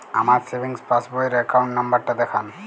আমার সেভিংস পাসবই র অ্যাকাউন্ট নাম্বার টা দেখান?